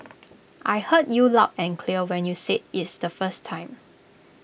I heard you loud and clear when you said is the first time